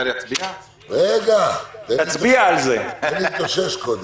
תן לי להתאושש.